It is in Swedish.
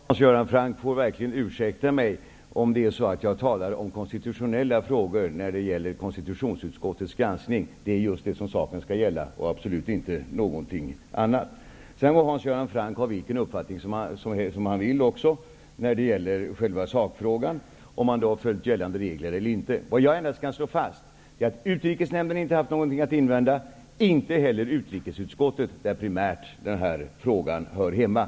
Fru talman! Hans Göran Franck får verkligen ursäkta mig om det är så att jag talar om konstitutionella frågor när ärendet gäller konstitutionsutskottets granskning. Det är just det som saken skall gälla, och absolut inte någonting annat. Hans Göran Franck må ha vilken uppfattning han vill när det gäller själva sakfrågan -- huruvida man har följt gällande regler eller inte. Jag kan endast slå fast att utrikesnämnden inte har haft någonting att invända och inte heller utrikesutskottet, där frågan primärt hör hemma.